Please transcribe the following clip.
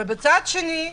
אבל מצד שני,